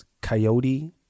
Coyote